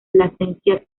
plasencia